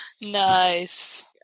Nice